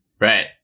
Right